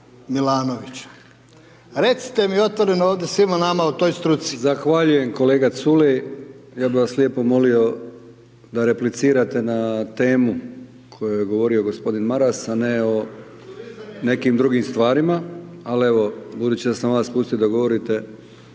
Milanovića. Recite mi otvoreno ovdje svima nama o toj struci. **Brkić, Milijan (HDZ)** Zahvaljujem kolega Culej, ja bih vas lijepo molio da replicirate na temu o kojoj je govorio gospodin Maras, a ne o nekim drugim stvarima, al evo budući da sam vas pustio da govorite,